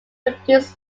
produce